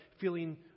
feeling